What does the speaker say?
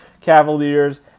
Cavaliers